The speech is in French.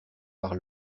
par